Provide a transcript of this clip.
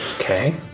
Okay